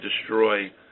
destroy